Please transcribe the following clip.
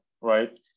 right